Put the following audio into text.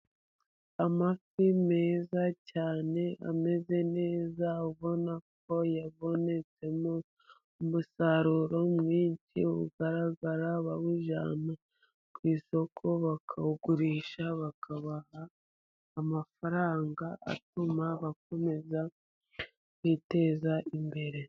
Amafi meza cyane, ameze neza ubona ko yabonetsemo umusaruro mwinshi ugaragara, bawujyana ku isoko bakawugurisha bakabaha amafaranga, atuma bakomeza kwiteza imbere.